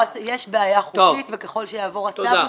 יש בעיה חוקית וככל שיעבור הצו,